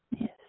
Yes